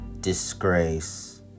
disgrace